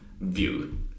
view